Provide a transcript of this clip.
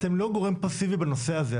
אתם לא גורם פאסיבי בנושא הזה.